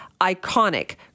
iconic